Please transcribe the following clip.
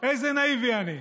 איזה נאיבי אני.